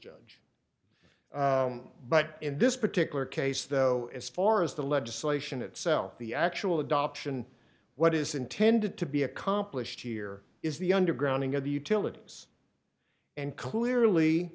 judge but in this particular case though as far as the legislation itself the actual adoption what is intended to be accomplished here is the underground ing of the utilities and clearly